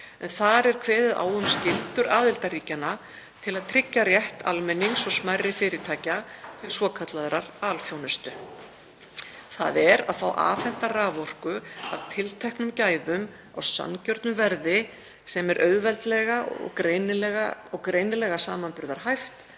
en þar er kveðið á um skyldur aðildarríkjanna til að tryggja rétt almennings og smærri fyrirtækja til svokallaðrar alþjónustu, þ.e. að fá afhenta raforku af tilteknum gæðum á sanngjörnu verði sem er auðveldlega og greinilega samanburðarhæft,